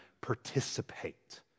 participate